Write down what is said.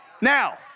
now